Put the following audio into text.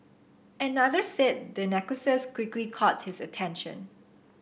another said the necklaces quickly caught his attention